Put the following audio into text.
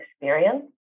experience